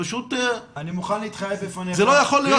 זה לא יכול להיות,